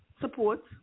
support